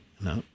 No